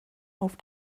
auf